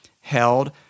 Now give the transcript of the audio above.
held